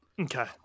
Okay